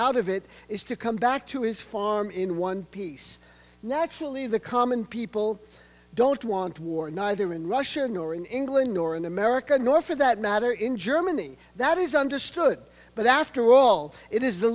out of it is to come back to his farm in one piece naturally the common people don't want war neither in russia nor in england nor in america nor for that matter in germany that is understood but after all it is the